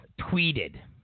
tweeted